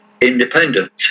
independent